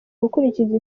gukurikiza